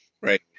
Right